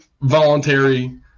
voluntary